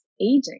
aging